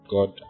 God